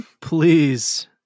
Please